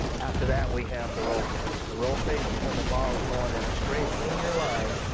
after that we have the roll phase. the roll phase is when the ball's going in a straight, linear line,